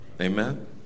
Amen